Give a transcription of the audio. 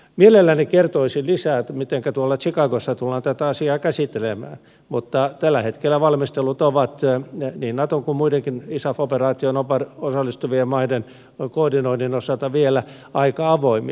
mielelläni kertoisin lisää siitä mitenkä tuolla chicagossa tullaan tätä asiaa käsittelemään mutta tällä hetkellä valmistelut ovat niin naton kuin muidenkin isaf operaatioon osallistuvien maiden koordinoinnin osalta vielä aika avoimia